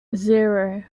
zero